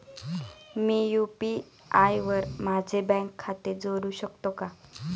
मी UPI वर माझे bank खाते जोडू शकतो का?